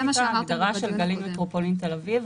בהגדרה של "גלעין מטרופולין תל אביב".